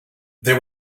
there